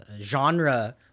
genre